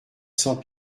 sans